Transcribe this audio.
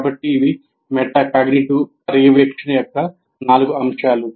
కాబట్టి ఇవి మెటాకాగ్నిటివ్ పర్యవేక్షణ యొక్క నాలుగు అంశాలు